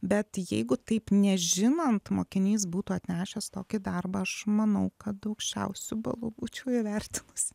bet jeigu taip nežinant mokinys būtų atnešęs tokį darbą aš manau kad aukščiausiu balu būčiau įvertinusi